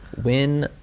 when